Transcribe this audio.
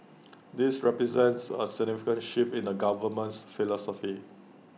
this represents A significant shift in the government's philosophy